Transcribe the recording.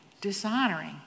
dishonoring